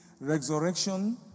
resurrection